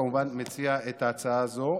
אני כמובן מציע את ההצעה הזאת,